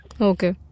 okay